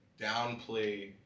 downplay